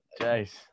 jace